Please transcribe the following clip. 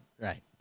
Right